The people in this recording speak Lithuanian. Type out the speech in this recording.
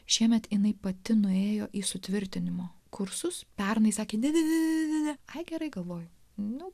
šiemet jinai pati nuėjo į sutvirtinimo kursus pernai sakė ne ne ne ne ne ne ne ai gerai galvoju nu